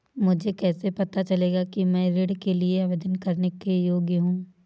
मुझे कैसे पता चलेगा कि मैं ऋण के लिए आवेदन करने के योग्य हूँ?